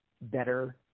Better